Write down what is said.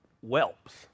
whelps